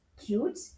cute